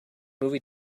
movie